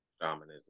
shamanism